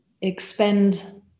expend